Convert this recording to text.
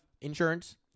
insurance